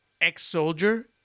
Ex-soldier